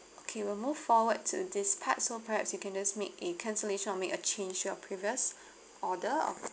okay we'll move forward to this part so perhaps you can just make a cancellation or make a change your previous order of